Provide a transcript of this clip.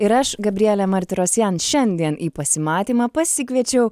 ir aš gabrielė martirosijan šiandien į pasimatymą pasikviečiau